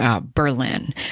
Berlin